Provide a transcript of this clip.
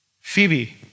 Phoebe